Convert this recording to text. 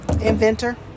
inventor